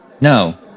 No